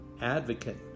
advocate